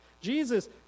Jesus